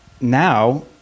now